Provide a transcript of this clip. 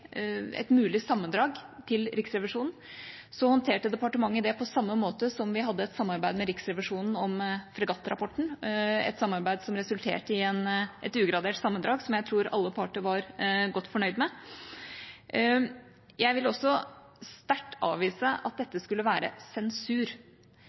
et mulig sammendrag til Riksrevisjonen, håndterte departementet det på samme måte som da vi hadde et samarbeid med Riksrevisjonen om fregattrapporten, et samarbeid som resulterte i et ugradert sammendrag, som jeg tror alle parter var godt fornøyd med. Jeg vil også sterkt avvise at